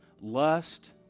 lust